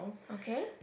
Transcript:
okay